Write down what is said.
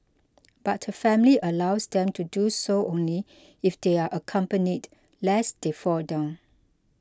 but her family allows them to do so only if they are accompanied lest they fall down